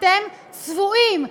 אתם צבועים.